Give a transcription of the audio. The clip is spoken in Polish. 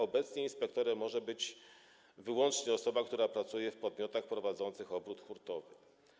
Obecnie inspektorem może być wyłącznie osoba, która pracuje w podmiotach prowadzących obrót hurtowy.